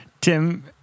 Tim